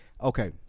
okay